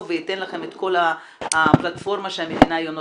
וייתן לכם את כל הפלטפורמה שהמדינה היום נותנת.